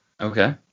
Okay